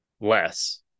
less –